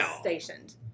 stationed